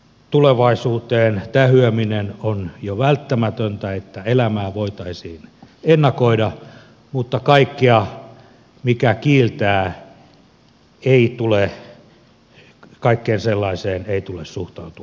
tulevaisuuteen tähyäminen on välttämätöntä että elämää voitaisiin ennakoida mutta kaikkeen sellaiseen mikä kiiltää ei tule suhtautua kritiikittömästi